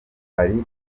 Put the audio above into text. hari